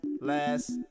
Last